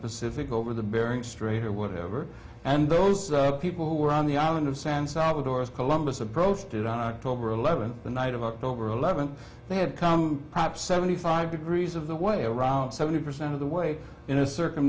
pacific over the bering strait or whatever and those people who were on the island of san salvador as columbus approached it on october eleventh the night of october eleventh they had come perhaps seventy five degrees of the way around seventy percent of the way in a circle